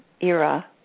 era